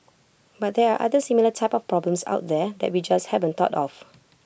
but there are other similar type of problems out there that we just haven't thought of